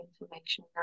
information